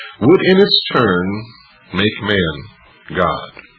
would in its turn make man god.